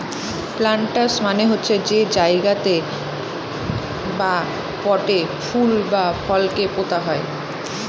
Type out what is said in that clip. planters মানে হচ্ছে যে জায়গাতে বা পটে ফুল বা ফলকে পোতা হয়